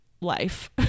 life